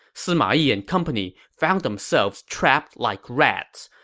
sima yi and company found themselves trapped like rats.